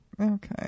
Okay